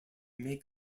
make